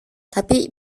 tapi